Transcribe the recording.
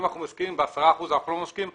אנחנו מסכימים וב-10 אחוזים אנחנו לא מסכימים.